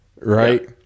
Right